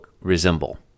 resemble